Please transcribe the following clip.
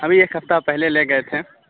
ابھی ایک ہفتہ پہلے لے گئے تھے